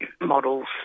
models